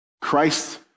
Christ